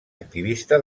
activista